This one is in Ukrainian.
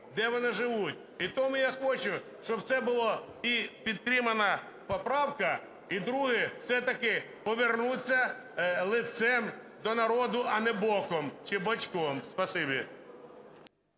де вони живуть? І тому я хочу, щоб це було і підтримана поправка, і, друге, все-таки повернутися лицем до народу, а не боком чи бочком. Спасибі.